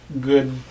good